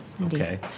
Okay